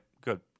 good